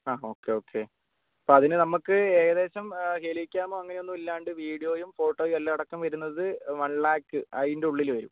ആ okay okay അപ്പോൾ അതിന് നമുക്ക് ഏകദേശം ഹേലിക്കാമും അങ്ങനെയൊന്നും ഇല്ലാണ്ട് വിഡിയോയും ഫോട്ടോയും എല്ലാം അടക്കം വരുന്നത് വൺ ലാക്ക് അതിന്റെയുള്ളിൽ വരും